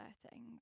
flirting